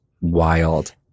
wild